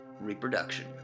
Reproduction